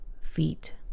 feet